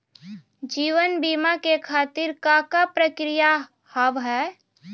जीवन बीमा के खातिर का का प्रक्रिया हाव हाय?